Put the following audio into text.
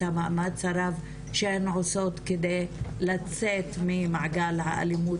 את המאמץ הרב שהן עושות כדי לצאת ממעגל האלימות